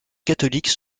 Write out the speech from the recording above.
catholiques